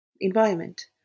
environment